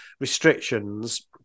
restrictions